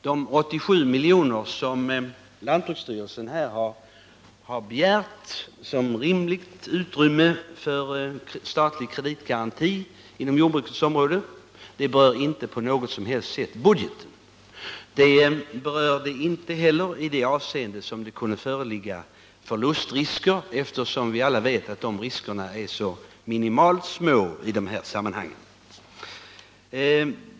De 87 miljoner som lantbruksstyrelsen här har begärt som rimligt utrymme för statlig kreditgaranti inom jordbrukets område berör inte på något som helst sätt budgeten. Det är inte heller så att budgeten skulle kunna beröras därigenom att förlustrisker kan föreligga — alla vet ju att de riskerna är minimala i det här sammanhanget.